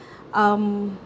um